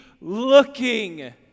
looking